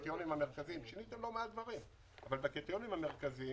שיניתם לא מעט דברים, אבל בקריטריונים המרכזיים